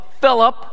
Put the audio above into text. Philip